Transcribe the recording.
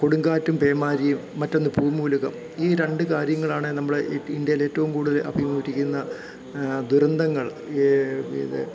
കൊടുങ്കാറ്റും പേമാരിയും മറ്റൊന്ന് ഭൂമികുലുക്കം ഈ രണ്ട് കാര്യങ്ങളാണ് നമ്മൾ ഇന്ത്യയിൽ ഏറ്റവും കൂടുതൽ അഭിമുഖീകരിക്കുന്ന ദുരന്തങ്ങൾ ഇത്